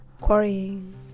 quarrying